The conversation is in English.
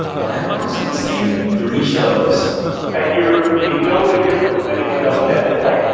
but i watch the same three shows and you're in no way different from anyone else. um in fact,